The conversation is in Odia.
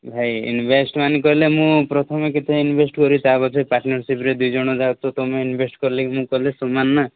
ଭାଇ ଇନଭେଷ୍ଟମେଣ୍ଟ୍ କହିଲେ ମୁଁ ପ୍ରଥମେ କେତେ ଇନଭେଷ୍ଟ୍ କରିବି ତା ପଛରେ ପାର୍ଟନରସିପ୍ରେ ଦୁଇଜଣ ଯାଉଛ ତୁମେ ଇନଭେଷ୍ଟ୍ କଲେ କି ମୁଁ କଲେ ସମାନ ନା